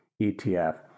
etf